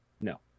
no